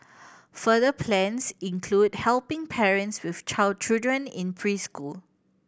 further plans include helping parents with child children in preschool